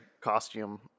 costume